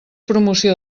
promoció